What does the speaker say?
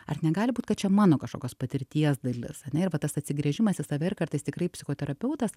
ar negali būt kad čia mano kažkokios patirties dalis ane ir va tas atsigręžimas į save ir kartais tikrai psichoterapeutas